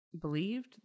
believed